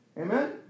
Amen